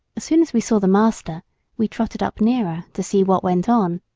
as soon as we saw the master we trotted up nearer to see what went on.